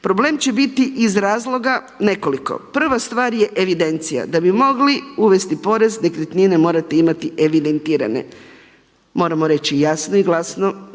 Problem će biti iz razloga nekoliko. Prva stvar je evidencija, da bi mogli uvesti porez nekretnine morate imati evidentirane. Moramo reći jasno i glasno,